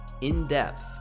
in-depth